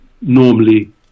normally